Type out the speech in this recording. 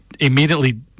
immediately